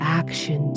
action